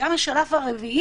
וגם לשלב הרביעי,